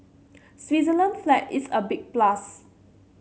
Switzerland's flag is a big plus